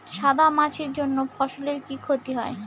সাদা মাছির জন্য ফসলের কি ক্ষতি হয়?